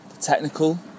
technical